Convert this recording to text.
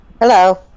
Hello